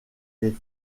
les